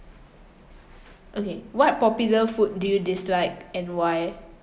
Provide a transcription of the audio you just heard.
okay what popular food do you dislike and why